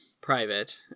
private